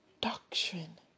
doctrine